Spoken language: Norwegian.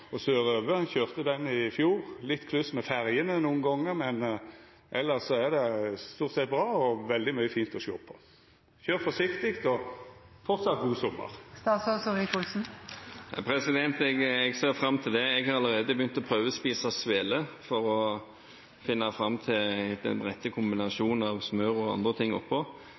og sørover, eg køyrde den vegen i fjor. Det var litt kluss med ferjene nokre gonger, men elles er det stort sett bra og veldig mykje fint å sjå på. Køyr forsiktig, og god sommar vidare. Jeg ser fram til det, jeg har allerede begynt å prøvespise sveler for å finne fram til